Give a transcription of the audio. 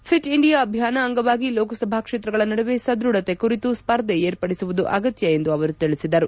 fit India ಅಭಿಯಾನ ಅಂಗವಾಗಿ ಲೋಕಸಭಾ ಕ್ಷೇತ್ರಗಳ ನಡುವೆ ಸದೃಢತೆ ಕುರಿತು ಸ್ಪರ್ಧೆ ಏರ್ಪಡಿಸುವುದು ಅಗತ್ಯ ಎಂದು ಅವರು ತಿಳಿಸಿದರು